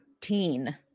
teen